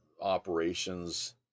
operations